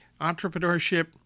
Entrepreneurship